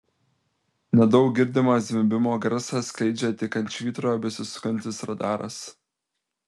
nedaug girdimą zvimbimo garsą skleidžia tik ant švyturio besisukantis radaras